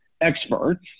experts